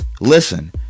Listen